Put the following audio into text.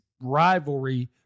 rivalry